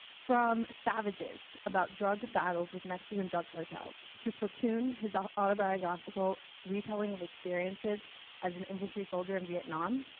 from savages about drug battles with mexican drug cartels to platoon, his ah autobiographical retelling of experiences as an infantry soldier in vietnam,